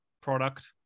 product